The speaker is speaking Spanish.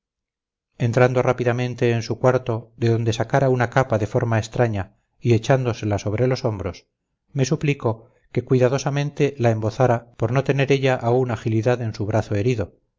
entrando rápidamente en su cuarto de donde sacara una capa de forma extraña y echándosela sobre los hombros me suplicó que cuidadosamente la embozara por no tener ella aún agilidad en su brazo herido